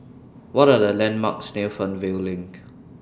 What Are The landmarks near Fernvale LINK